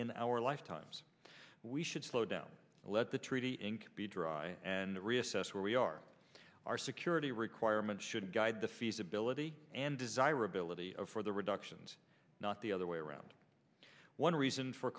in our lifetimes we should slow down let the treaty ink be dry and reassess where we are our security requirements should guide the feasibility and desirability of for the reductions not the other way around one reason for